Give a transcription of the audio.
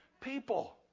people